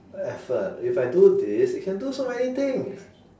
effort if I do this it can do so many things